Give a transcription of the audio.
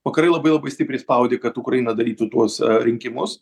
vakarai labai labai stipriai spaudė kad ukraina darytų tuos rinkimus